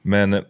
Men